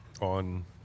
on